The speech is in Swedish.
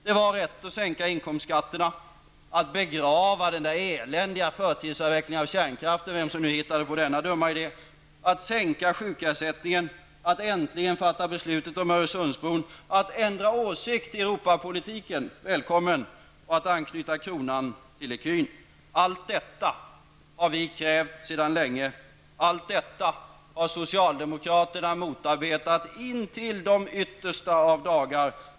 Det var rätt att sänka inkomstskatterna, att begrava den eländiga förtida avvecklingen av kärnkraften -- vem som nu hittade på denna dumma idé --, att sänka sjukersättningen, att äntligen fatta beslutet om Öresundsbron, att ändra åsikt i Europapolitiken -- Välkommen! --, och att anknyta kronan till ecun. Allt detta som vi har krävt sedan länge har socialdemokraterna motarbetat in till de yttersta av dagar.